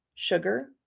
sugar